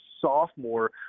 sophomore